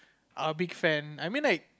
are big fan I mean like